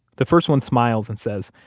the first one smiles and says,